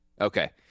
Okay